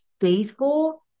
faithful